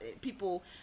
people